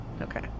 Okay